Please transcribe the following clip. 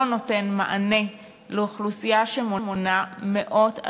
לא נותן מענה לאוכלוסייה של 800,000